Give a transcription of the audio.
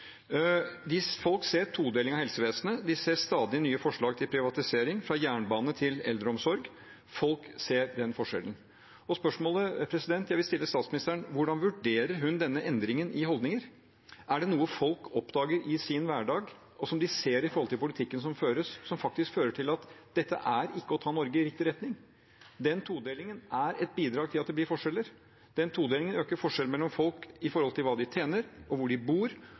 Folk ser en todeling av helsevesenet, de ser stadig nye forslag til privatisering, fra jernbane til eldreomsorg. Folk ser den forskjellen. Spørsmålet jeg vil stille statsministeren, er: Hvordan vurderer hun denne endringen i holdninger? Er det noe folk oppdager i sin hverdag, og som de ser i politikken som føres, som faktisk fører til at dette ikke er å ta Norge i riktig retning? Den todelingen er et bidrag til at det blir forskjeller. Den todelingen øker forskjellen mellom folk når det gjelder hva de tjener, hvor de bor,